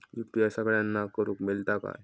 UPI सगळ्यांना करुक मेलता काय?